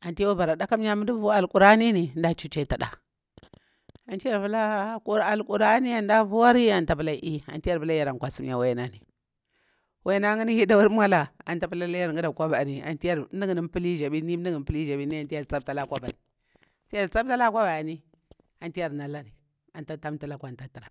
amci ya kwa bara ɗa kamya mu mda vu alkurani ni a chuchatu ɗa antu yar pula alkurani antu mda vuwari antu yar pula yaran kwasim ya wai nani waina yini heɗori maula anitu tsa pula kwabari antu nda yinni puli zhaɓirni mda yimni puli zhaɓirni antu yar pakta la kwabani tu yar tsabtala kwabani antu yar nalari antu ta famtu laku antu ta tura